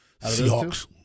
Seahawks